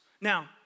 Now